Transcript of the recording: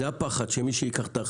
זה הפחד, מי ייקח את האחריות.